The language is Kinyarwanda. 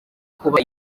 kuba